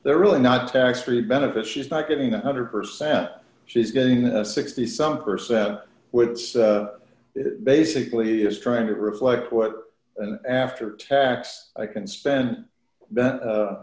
they're really not tax free benefits she's not getting one hundred percent she's going sixty some percent which basically is trying to reflect what an after tax i can spend that